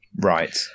Right